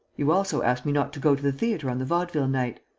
you also asked me not to go to the theatre on the vaudeville night?